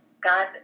God